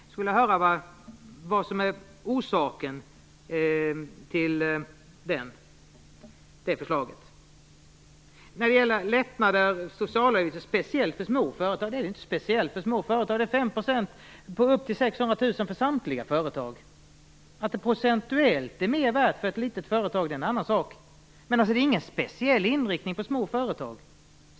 Jag skulle vilja höra vad som är orsaken till det förslaget. När det gäller lättnader för små företag gäller 5 % på upp till 600 000 kr för samtliga företag. Att detta procentuellt är mera värt för ett litet företag är en annan sak. Men det är ju ingen speciell inriktning på små företag.